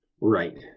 Right